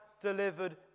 delivered